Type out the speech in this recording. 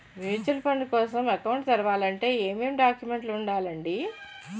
Mutual fund కోసం account తెరవాలంటే ఏమేం డాక్యుమెంట్లు ఉండాలండీ?